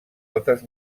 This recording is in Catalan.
altres